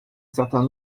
certain